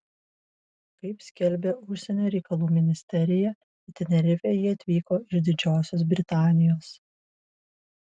kaip skelbia užsienio reikalų ministerija į tenerifę jie atvyko iš didžiosios britanijos